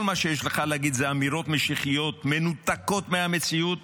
כל מה שיש לך להגיד זה אמירות משיחיות מנותקות מהמציאות